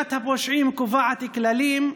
מדינת הפושעים קובעת כללים,